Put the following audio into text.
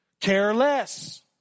Careless